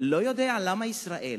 לא יודע למה ישראל,